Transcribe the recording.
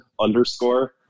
underscore